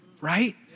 right